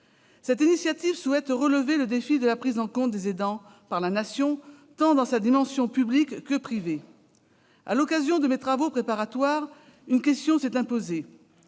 cette initiative, nous souhaitons relever le défi de la prise en compte des aidants par la Nation, dans sa dimension tant publique que privée. Lors de mes travaux préparatoires, une question s'est imposée